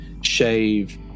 shave